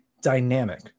Dynamic